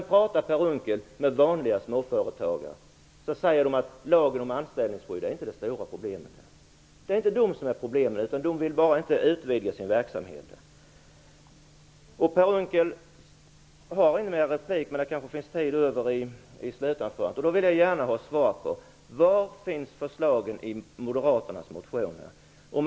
Talar Per Unckel med vanliga småföretagare säger de att lagen om anställningsskydd inte är det stora problemet. Det är inte det som är problemet. De vill bara inte utvidga sin verksamhet. Per Unckel har ingen mer replik, men han kanske har tid över i slutanförandet. Då vill jag gärna ha svar på frågan: Var finns förslagen i Moderaternas motion?